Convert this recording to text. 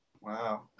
Wow